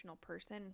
person